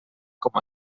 com